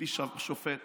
מביא שופט